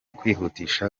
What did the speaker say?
kwihutisha